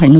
ಹಣ್ಣು